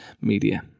media